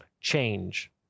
change